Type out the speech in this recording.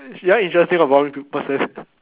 you want interesting or boring p~ person